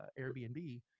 Airbnb